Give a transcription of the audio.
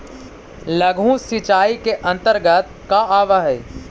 लघु सिंचाई के अंतर्गत का आव हइ?